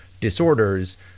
disorders